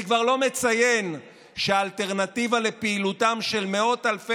אני כבר לא מציין שהאלטרנטיבה לפעילותם של מאות אלפי